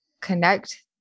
connect